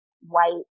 white